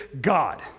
God